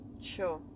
Sure